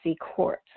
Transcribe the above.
court